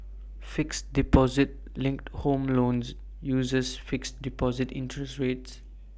fixed deposit linked home loans uses fixed deposit interest rates